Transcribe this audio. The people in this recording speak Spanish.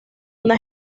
una